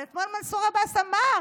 אבל אתמול מנסור עבאס אמר